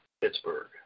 Pittsburgh